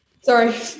Sorry